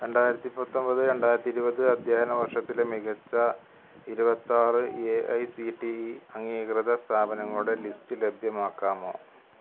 രണ്ടായിരത്തി പത്തൊമ്പത് രണ്ടായിരത്തി ഇരുപത് അദ്ധ്യയന വർഷത്തിലെ മികച്ച ഇരുപത്തി ആറ് A I C T E അംഗീകൃത സ്ഥാപനങ്ങളുടെ ലിസ്റ്റ് ലഭ്യമാക്കാമോ